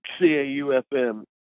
caufm